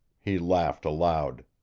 he laughed aloud.